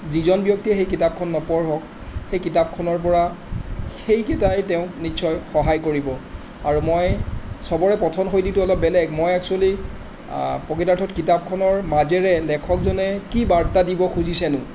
যিজন ব্যক্তিয়ে সেই কিতাপখন নপঢ়ক সেই কিতাপখনৰ পৰা সেইকেইটাই তেওঁক নিশ্চয় সহায় কৰিব আৰু মই সবৰে পঠন শৈলীটো অলপ বেলেগ মই এক্সোৱেলী প্ৰকৃতাৰ্থত কিতাপখনৰ মাজেৰে লেখকজনে কি বাৰ্তা দিব খুজিছেনো